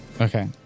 Okay